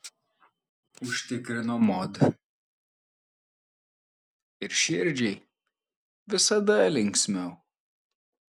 užtikrino mod ir širdžiai visada linksmiau